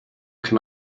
can